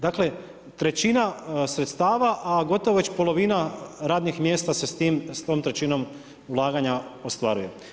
Dakle, trećina sredstava, a gotovo već polovina radnih mjesta se s tim, s tom trećinom ulaganja ostvaruje.